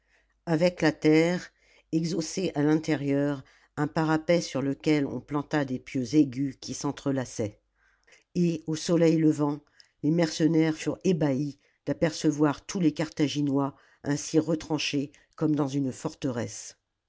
avec la terre exhausser à l'intérieur un parapet sur lequel on planta des pieux aigus qui s'entrelaçaient et au soleil levant les mercenaires furent ébahis d'apercevoir tous les carthaginois ainsi retranchés comme dans une forteresse